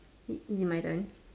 it it my turn